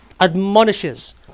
admonishes